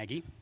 Maggie